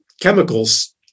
chemicals